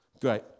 Great